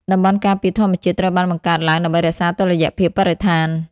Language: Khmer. តំបន់ការពារធម្មជាតិត្រូវបានបង្កើតឡើងដើម្បីរក្សាតុល្យភាពបរិស្ថាន។